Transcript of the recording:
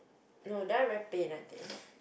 no they are very pain I think